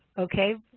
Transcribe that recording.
okay.